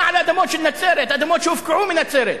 אדמות שהופקעו מנצרת